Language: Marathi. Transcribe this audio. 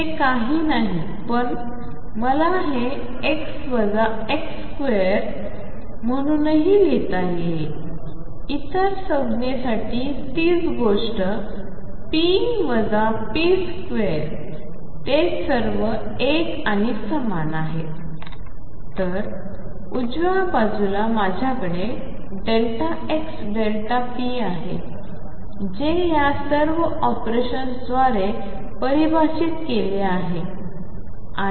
जे काही नाही पण मला हे ⟨x ⟨x⟩2⟩ म्हणूनही लिहिता येईल इतर संज्ञेसाठी तीच गोष्ट p ⟨p⟩2⟩⟩ ते सर्व एक आणि समान आहेत तर उजव्या बाजूला माझ्याकडे ΔxΔp आहे जे या सर्व ऑपरेशनद्वारे परिभाषित केले आहे